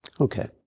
Okay